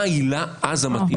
מה העילה המתאימה אז?